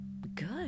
good